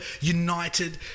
united